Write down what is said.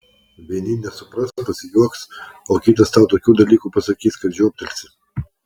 vieni nesupras pasijuoks o kitas tau tokių dalykų pasakys kad žioptelsi